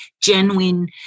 genuine